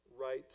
right